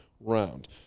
round